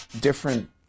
different